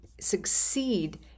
succeed